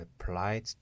applied